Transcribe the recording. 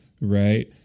right